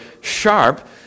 sharp